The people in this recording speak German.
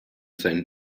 sein